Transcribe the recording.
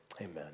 amen